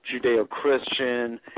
Judeo-Christian